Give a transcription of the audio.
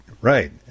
right